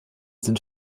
sind